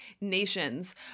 nations